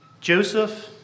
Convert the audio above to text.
Joseph